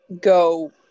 go